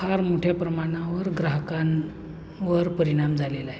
फार मोठ्या प्रमाणावर ग्राहकांवर परिणाम झालेला आहे